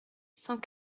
cent